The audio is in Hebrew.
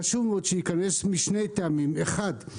חשוב מאוד שייכנס משני טעמים: הראשון,